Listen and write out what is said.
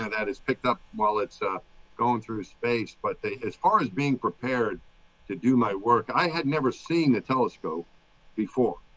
that it's picked up while it's going through space. but as far as being prepared to do my work, i had never seen that telescope before.